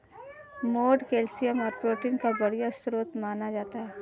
मोठ कैल्शियम और प्रोटीन का बढ़िया स्रोत माना जाता है